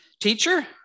Teacher